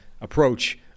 approach